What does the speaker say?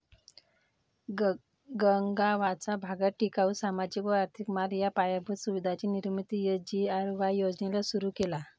गगावाचा भागात टिकाऊ, सामाजिक व आर्थिक माल व पायाभूत सुविधांची निर्मिती एस.जी.आर.वाय योजनेला सुरु केला